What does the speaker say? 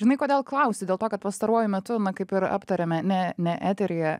žinai kodėl klausiu dėl to kad pastaruoju metu kaip ir aptarėme ne ne eteryje